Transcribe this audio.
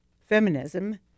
feminism